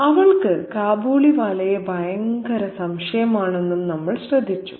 അവൾക്ക് കാബൂളിവാലയെ ഭയങ്കര സംശയമാണെന്നും നമ്മൾ ശ്രദ്ധിച്ചു